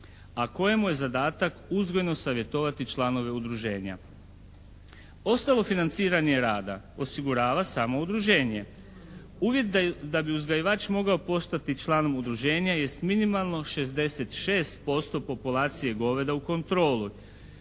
a kojemu je zadatak uzgojno savjetovati članove udruženja. Ostalo financiranje rada osigurava samo udruženje. Uvjet da bi uzgajivač mogao postati članom udruženja jest minimalno 66% populacije goveda u kontroli.